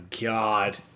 God